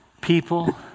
People